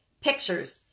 pictures